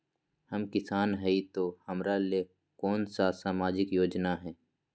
हम किसान हई तो हमरा ले कोन सा सामाजिक योजना है?